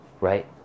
right